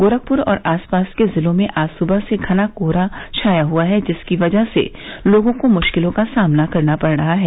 गोरखपुर और आस पास के जिलों में आज सुबह से घना कोहरा छाया हुआ है जिसकी वजह से लोगों को मुश्किलों का सामना करना पड़ रहा है